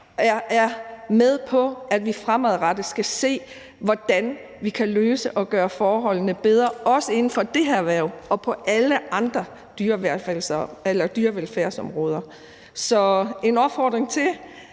er med på, at vi fremadrettet skal se, hvordan vi kan løse og gøre forholdene bedre også inden for det her erhverv og på alle andre dyrevelfærdsområder. Så det er en opfordring til